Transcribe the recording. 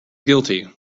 guilty